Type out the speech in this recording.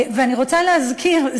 ואני רוצה להזכיר,